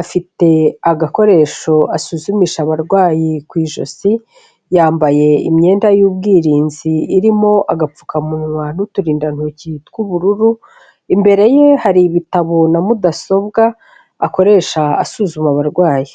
afite agakoresho asuzumisha abarwayi ku ijosi, yambaye imyenda y'ubwirinzi irimo agapfukamunwa n'uturindantoki tw'ubururu, imbere ye hari ibitabo na mudasobwa akoresha asuzuma abarwayi.